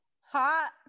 Hot